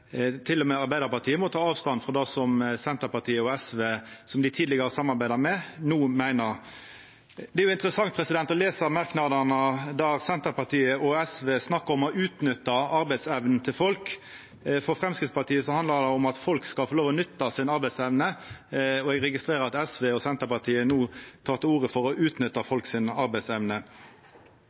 Arbeidarpartiet må ta avstand frå det som Senterpartiet og SV, som dei tidlegare samarbeidde med, no meiner. Det er interessant å lesa merknadene der Senterpartiet og SV skriv om å utnytta arbeidsevna til folk. For Framstegspartiet handlar det om at folk skal få lov til å nytta arbeidsevna si, og eg registrerer at SV og Senterpartiet no tek til orde for å utnytta arbeidsevna til folk.